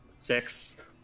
Six